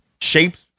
shapes